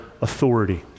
authority